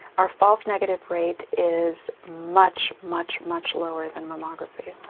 our false negative rate is much, much much lower than mammography.